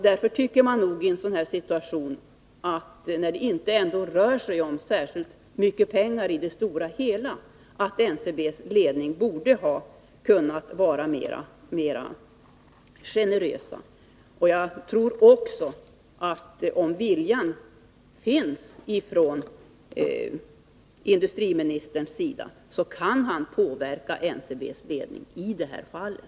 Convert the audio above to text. Det rör sig ändå inte om särskilt mycket pengar i det stora hela, och då borde enligt min mening NCB:s ledning kunna vara mer generös. Jag tror också att industriministern, om viljan finns, kan påverka NCB:s ledning i det fallet.